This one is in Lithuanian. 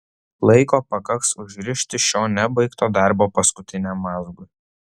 laiko pakaks užrišti šio nebaigto darbo paskutiniam mazgui